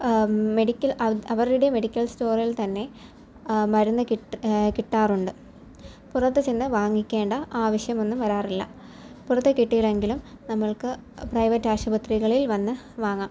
medical അവ് അവരുടെ medical സ്റ്റോറിൽ തന്നെ മുരുന്ന് കിട്ടുക കിട്ടാറുണ്ട് പുറത്ത് ചെന്ന് വാങ്ങിക്കേണ്ട ആവശ്യം ഒന്നും വരാറില്ല പുറത്ത് കിട്ടിയില്ലെങ്കിലും നമ്മൾക്ക് പ്രൈവറ്റ് ആശുപത്രികളിൽ വന്നു വാങ്ങാം